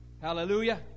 Hallelujah